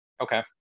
Okay